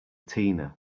tina